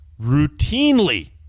routinely